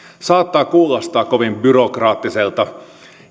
saattaa kuulostaa kovin byrokraattiselta